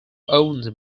owned